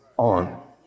on